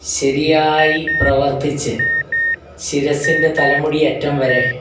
ശരിയായി പ്രവർത്തിച്ച് ശിരസ്സിൻ്റെ തലമുടി അറ്റം വരെ